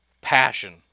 Passion